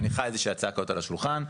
מניחה איזושהי הצעה כוללת על השולחן.